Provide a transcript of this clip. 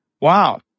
wow